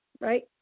Right